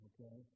Okay